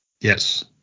Yes